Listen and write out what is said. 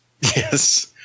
Yes